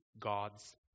God's